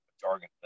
jargon